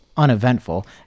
Uneventful